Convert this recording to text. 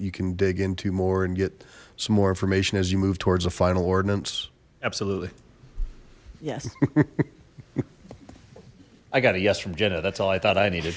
you can dig into more and get some more information as you move towards the final ordinance absolutely yes i got a yes from jinnah that's all i thought i needed